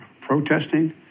protesting